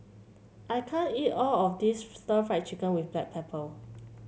I can't eat all of this stir Fry Chicken with Black Pepper